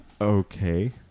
Okay